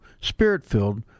spirit-filled